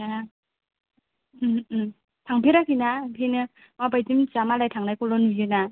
ए ओम ओम थांफेराखैना ओंखायनो माबायदि मिनथिया मालाय थांनाय खौल' नुयो ना